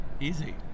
Easy